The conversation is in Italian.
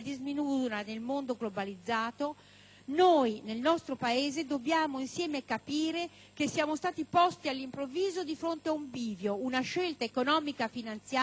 nel nostro Paese noi dobbiamo capire insieme che siamo stati posti all'improvviso di fronte al bivio di una scelta economico-finanziaria che non consente esitazioni.